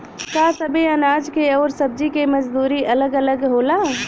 का सबे अनाज के अउर सब्ज़ी के मजदूरी अलग अलग होला?